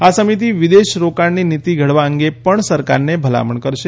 આ સમિતિ વિદેશી રોકાણની નીતિ ઘડવા અંગે પણ સરકારને ભલામણ કરશે